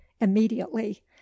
immediately